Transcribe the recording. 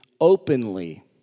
openly